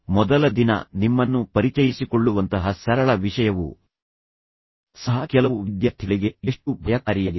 ಮೊದಲ ದಿನ ನಿಮ್ಮನ್ನು ಪರಿಚಯಿಸಿಕೊಳ್ಳುವಂತಹ ಸರಳ ವಿಷಯವೂ ಸಹ ಕೆಲವು ವಿದ್ಯಾರ್ಥಿಗಳಿಗೆ ಎಷ್ಟು ಭಯಕಾರಿಯಾಗಿದೆ